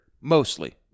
mostly